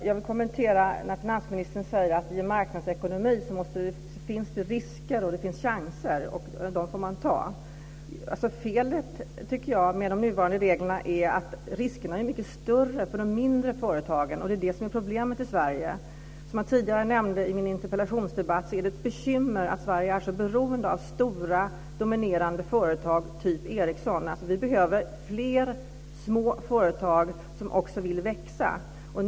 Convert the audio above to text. Fru talman! Finansministern säger att i en marknadsekonomi finns risker och chanser, och dem får man ta. Felet med de nuvarande reglerna, tycker jag, är att riskerna är mycket större för de mindre företagen. Det är det som är problemet i Sverige. Som jag tidigare nämnde i min interpellation är det ett bekymmer att Sverige är så beroende av stora dominerande företag som Ericsson. Vi behöver fler små företag som också vill växa.